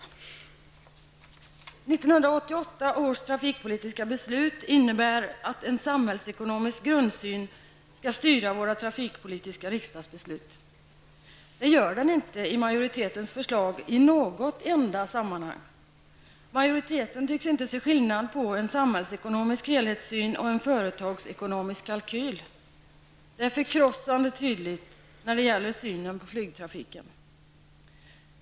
1988 års trafikpolitiska beslut innebär att en samhällsekonomisk grundsyn skall styra våra trafikpolitiska riksdagsbeslut. Det gör den inte i majoritens förslag i något avseende. Majoriteten tycks inte se skillnad på en samhällsekonomisk helhetssyn och en företagsekonomisk kalkyl. Det är förkrossande tydligt när det gäller synen på flygtrafiken.